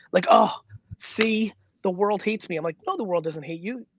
like, ah see the world hates me. i'm like, no the world doesn't hate you,